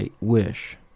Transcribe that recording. wish